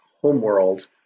homeworld